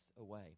away